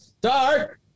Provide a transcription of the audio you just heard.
Dark